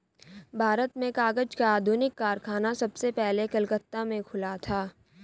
भारत में कागज का आधुनिक कारखाना सबसे पहले कलकत्ता में खुला था